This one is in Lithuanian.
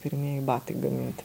pirmieji batai gaminti